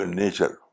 nature